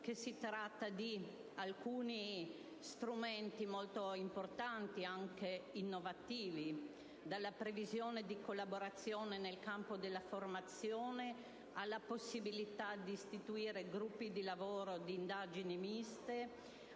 si tratta di alcuni strumenti molto importanti e innovativi: dalla previsione della collaborazione nel campo della formazione, alla possibilità di istituire gruppi di lavoro e di indagini miste,